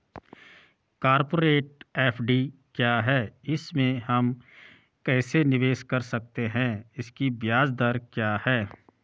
Corporate FD क्या है इसमें हम कैसे निवेश कर सकते हैं इसकी ब्याज दर क्या है?